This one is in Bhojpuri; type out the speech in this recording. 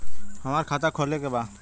हमार खाता खोले के बा?